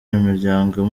imiryango